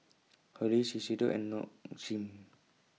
Hurley Shiseido and Nong Shim